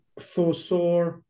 foresaw